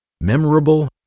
memorable